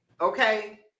Okay